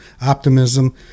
optimism